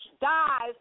dies